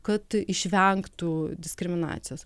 kad išvengtų diskriminacijos